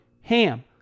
HAM